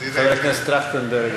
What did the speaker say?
חבר הכנסת טרכטנברג,